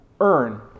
earn